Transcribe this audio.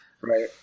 right